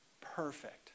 perfect